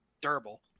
Durable